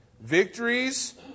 victories